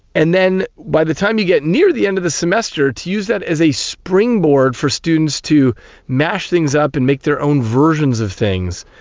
and then by the time you get near the end of the semester, to use that as a springboard for students to mash things up and make their own versions of things.